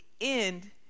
end